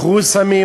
מכרו סמים,